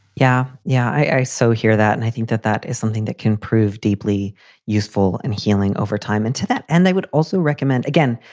yeah yeah. i so hear that. and i think that that is something that can prove deeply useful in healing over time. and to that. and they would also recommend, again,